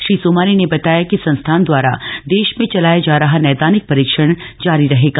श्री सोमानी ने बताया कि संस्थान द्वारा देश में चलाया जा रहा नैदानिक परीक्षण जारी रहेगा